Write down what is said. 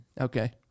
Okay